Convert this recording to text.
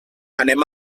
anem